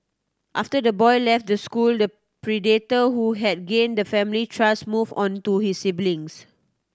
after the boy left the school the predator who had gained the family's trust moved on to his siblings